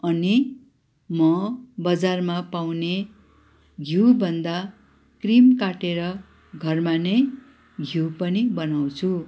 अनि म बजारमा पाउने घिउभन्दा क्रिम काटेर घरमा नै घिउ पनि बनाउँछु